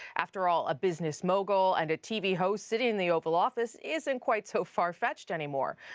after all a business mogul and a tv host sitting in the oval office isn't quite so far-fetched anymore.